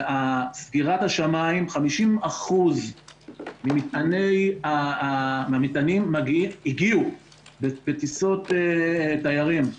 סגירת השמיים, 50% מהמטענים הגיעו בטיסות תיירים.